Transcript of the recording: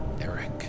Eric